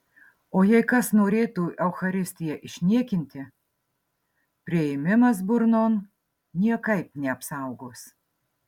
o jei kas norėtų eucharistiją išniekinti priėmimas burnon niekaip neapsaugos